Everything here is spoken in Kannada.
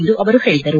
ಎಂದು ಅವರು ಹೇಳಿದರು